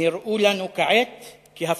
נראו לנו כעת כהפוגה,